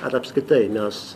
ar apskritai mes